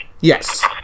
Yes